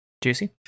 juicy